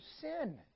sin